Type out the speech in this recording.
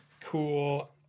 cool